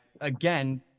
again